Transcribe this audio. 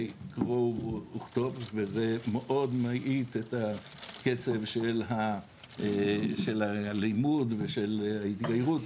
קרוא וכתוב וזה מאוד מאט את הקצב של הלימוד ושל ההתגיירות.